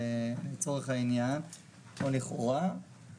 לצורך העניין לכאורה,